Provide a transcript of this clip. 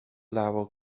level